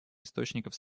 источников